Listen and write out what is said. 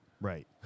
Right